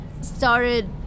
started